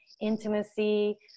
intimacy